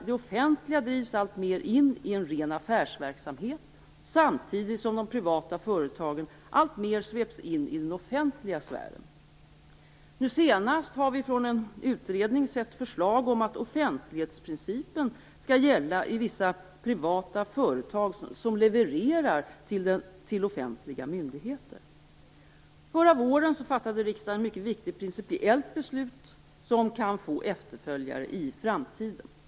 Det offentliga drivs alltmer in i en ren affärsverksamhet, samtidigt som de privata företagen alltmer sveps in i den offentliga sfären. Nu senast har vi från en utredning sett förslag om att offentlighetsprincipen skall gälla i vissa privata företag som levererar till offentliga myndigheter. Förra våren fattade riksdagen ett mycket viktigt principiellt beslut som kan få efterföljare i framtiden.